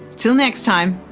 til next time,